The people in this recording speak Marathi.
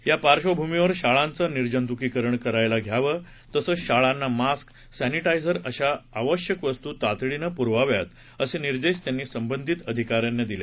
या पार्श्वभूमीवर शाळांचं निर्जंतुकीकरण करायला घ्यावं तसंच शाळांना मास्क सर्विटायझर अशा आवश्यक वस्तू तातडीनं पुरवाव्यात असे निर्देश त्यांनी संबंधित अधिकाऱ्यांना दिल्या